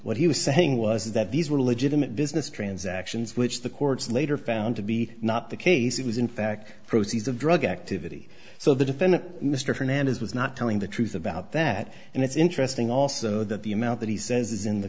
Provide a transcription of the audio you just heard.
what he was saying was that these were legitimate business transactions which the courts later found to be not the case it was in fact proceeds of drug activity so the defendant mr hernandez was not telling the truth about that and it's interesting also that the amount that he says is in the